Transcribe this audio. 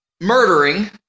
murdering